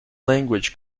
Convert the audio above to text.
language